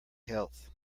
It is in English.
health